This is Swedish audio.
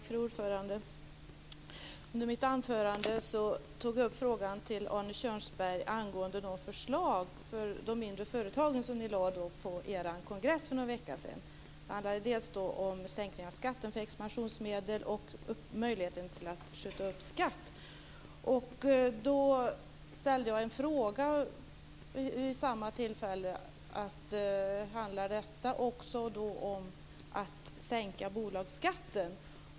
Fru talman! Under mitt anförande tog jag upp en fråga till Arne Kjörnsberg angående de förslag för de mindre företagen som ni lade fram på er kongress för någon vecka sedan. De handlade dels om sänkning av skatten för expansionsmedel, dels om möjligheten att skjuta upp skatt. Jag frågade vid samma tillfälle om detta handlar om att sänka bolagsskatten.